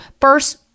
first